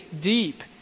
deep